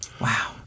Wow